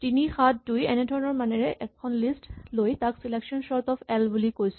৩ ৭ ২ এনে ধৰণৰ মানেৰে এখন লিষ্ট লৈ তাক চিলেকচন চৰ্ট অফ এল বুলি কৈছো